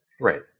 right